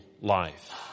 life